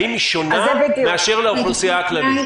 האם היא שונה מהאוכלוסייה הכללית?